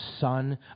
son